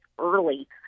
early